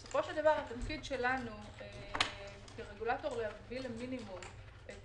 בסופו של דבר התפקיד של הרגולטור הוא להביא למינימום את